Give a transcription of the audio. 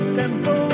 tempo